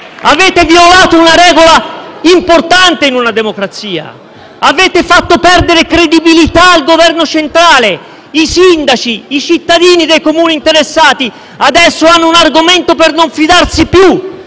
Avete violato una regola importante in una democrazia, avete fatto perdere credibilità al Governo centrale: i sindaci e i cittadini dei Comuni interessati adesso hanno un argomento per non fidarsi più